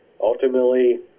Ultimately